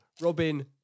Robin